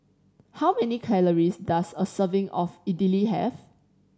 how many calories does a serving of Idili have